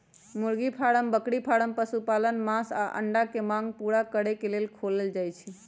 मुर्गी फारम बकरी फारम पशुपालन मास आऽ अंडा के मांग पुरा करे लेल खोलल जाइ छइ